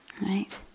Right